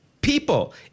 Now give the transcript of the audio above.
people